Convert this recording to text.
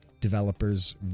developers